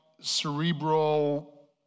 cerebral